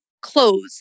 clothes